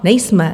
Nejsme.